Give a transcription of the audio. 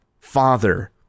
Father